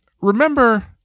remember